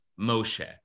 Moshe